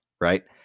Right